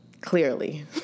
clearly